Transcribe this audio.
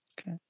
Okay